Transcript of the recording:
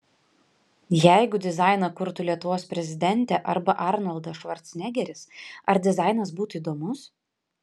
jeigu dizainą kurtų lietuvos prezidentė arba arnoldas švarcnegeris ar dizainas būtų įdomus